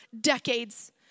decades